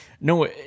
no